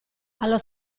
allo